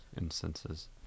instances